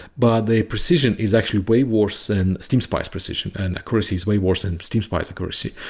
but the precision is actually way worse than steam spy's precision. and accuracy is way worse than steam spy's accuracy.